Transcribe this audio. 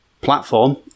platform